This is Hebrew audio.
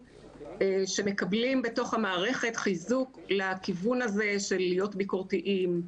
שמקבלים בתוך המערכת חיזוק לכיוון הזה של להיות ביקורתיים,